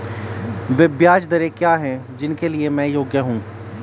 वे ब्याज दरें क्या हैं जिनके लिए मैं योग्य हूँ?